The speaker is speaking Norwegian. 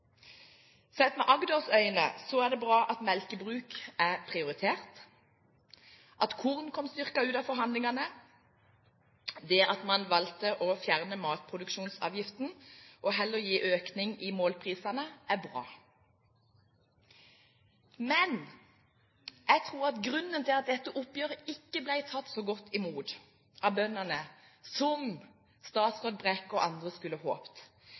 Sett med Agders øyne er det bra at melkebruk er prioritert, at korn kom styrket ut av forhandlingene, og at man valgte å fjerne matproduksjonsavgiften og heller gi økning i målprisene, er bra. Men jeg tror at grunnen til at dette oppgjøret ikke ble tatt så godt imot av bøndene som statsråd Brekk og andre hadde håpet, henger tett sammen med den forventningen om at nå skulle